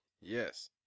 Yes